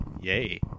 Yay